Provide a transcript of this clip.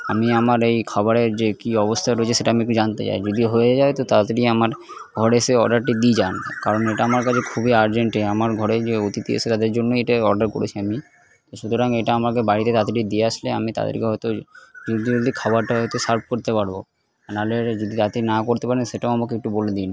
আমি আমার এই খাবারের যে কী অবস্থায় রয়েছে সেটা আমি একটু জানতে চাই যদি হয়ে যায় তো তাড়াতাড়ি আমার ঘরে সেই অর্ডারটি দিয়ে যান কারণ এটা আমার কাছে খুবই আর্জেন্টেই আমার ঘরে যে অতিথি এসেছে তাদের জন্যই এটাইঅর্ডার করেছি আমি সুতরাং এটা আমাদের বাড়িতে তাড়াতাড়ি দিয়ে আসলে আমি তাদেরকে হয়তো জলদি জলদি খাবারটা হয়তো সার্ভ করতে পারবো নাহলে যদি তাড়াতাড়ি না করতে পারেন সেটাও আমাকে একটু বলে দিন